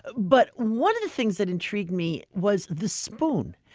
but one of the things that intrigued me was the spoon.